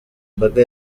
imbaga